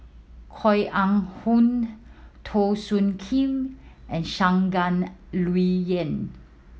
Koh Eng Hoon Teo Soon Kim and Shangguan Liuyun